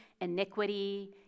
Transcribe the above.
iniquity